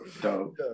Dope